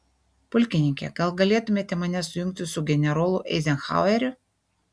pulkininke gal galėtumėte mane sujungti su generolu eizenhaueriu